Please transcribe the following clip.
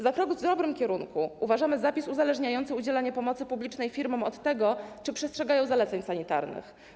Za krok w dobrym kierunku uważamy zapis uzależniający udzielanie pomocy publicznej firmom od tego, czy przestrzegają zaleceń sanitarnych.